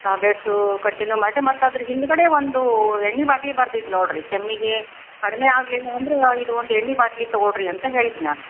tablets continue ಮಾಡಿರಿ ಮತ್ತು ಅದ್ರ ಹಿಂದುಗಡೆ ಒಂದು ಎಣ್ಣೆ ಬಾಟ್ಲಿ ಬರ್ದಿದ್ದೆ ನೋಡಿರಿ ಕೆಮ್ಮಿಗೆ ಕಡಿಮೆ ಆಗಲಿಲ್ಲ ಅಂದ್ರೆ ಇದು ಒಂದು ಎಣ್ಣೆ ಬಾಟ್ಲಿ ತೊಗೊಳ್ಳಿರಿ ಅಂತ ಹೇಳಿದ್ದೆ ನಾನು